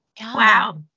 Wow